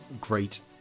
great